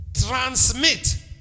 transmit